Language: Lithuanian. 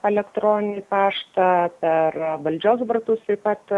elektroninį paštą per valdžios vartus taip pat